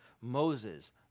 Moses